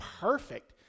perfect